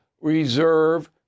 reserve